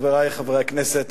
חברי חברי הכנסת,